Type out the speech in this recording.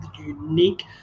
unique